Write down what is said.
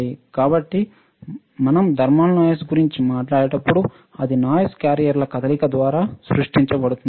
కాబట్టి మనం thermal noise గురించి మాట్లాడేటప్పుడు అది నాయిస్ క్యారియర్ల కదలిక ద్వారా సృష్టించబడింది